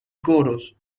coros